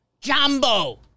Jumbo